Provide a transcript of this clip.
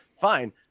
fine